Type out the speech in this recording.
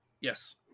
Yes